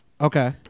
Okay